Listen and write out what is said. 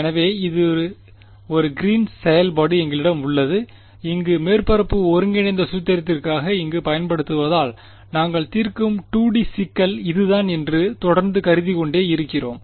எனவே ஒரு green's green's செயல்பாடு எங்களிடம் உள்ளது இங்கு மேற்பரப்பு ஒருங்கிணைந்த சூத்திரத்திற்காக இங்கு பயன்படுத்துவதால் நாங்கள் தீர்க்கும் 2D சிக்கல் இதுதான் என்று தொடர்ந்து கருதிக் கொண்டே இருக்கிறோம்